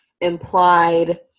implied